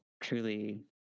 truly